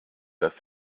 dass